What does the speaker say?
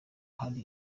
hari